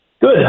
Good